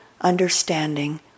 understanding